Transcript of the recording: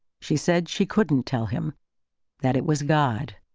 she said she couldn't tell him that it was god.